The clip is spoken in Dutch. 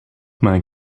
mijn